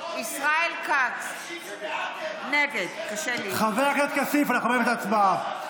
חבר הכנסת כסיף, אנחנו באמצע ההצבעה.